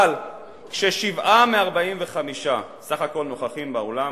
אבל כששבעה מ-45 בסך הכול נוכחים באולם,